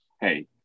hey